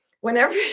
whenever